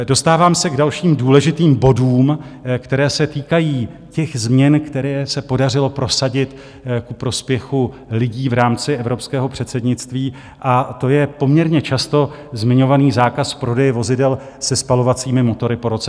Dostávám se k dalším důležitým bodům, které se týkají těch změn, které se podařilo prosadit ku prospěchu lidí v rámci evropského předsednictví, a to je poměrně často zmiňovaný zákaz prodeje vozidel se spalovacími motory po roce 2035.